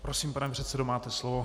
Prosím, pane předsedo, máte slovo.